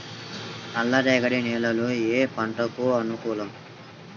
నల్లరేగడి నేలలు ఏ పంటలకు అనుకూలం?